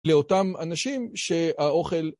לאותם אנשים, ש...האוכל...